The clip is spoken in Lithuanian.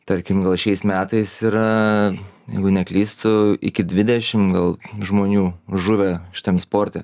tarkim gal šiais metais yra jeigu neklystu iki dvidešim gal žmonių žuvę šitam sporte